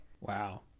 Wow